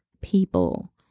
people